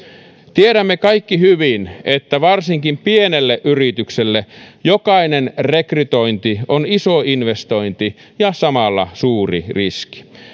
tiedämme kaikki hyvin että varsinkin pienelle yritykselle jokainen rekrytointi on iso investointi ja samalla suuri riski